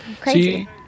crazy